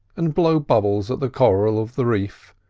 and blow bubbles at the coral of the reef,